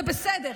זה בסדר.